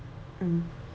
mm